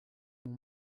mon